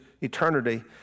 eternity